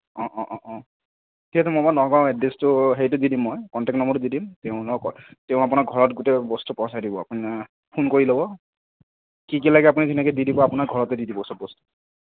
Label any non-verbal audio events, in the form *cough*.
অঁ অঁ অঁ ঠিক আছে মই বাৰু নগাঁৱৰ এড্ৰেচটো হেৰিটো দি দিম মই কণ্টেক নম্বৰটো দি দিম তেওঁ *unintelligible* তেওঁ আপোনাৰ ঘৰত গোটেই বস্তু পঠাই দিব আপুনি ফোন কৰি ল'ব কি কি লাগে আপুনি ধুনীয়াকৈ দি দিব আপোনাৰ ঘৰত গৈ দি দিব চব বস্তু